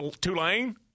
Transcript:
Tulane